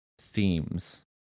themes